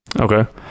Okay